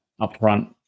upfront